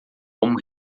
como